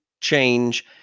change